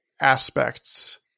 aspects